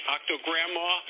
Octo-Grandma